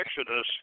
Exodus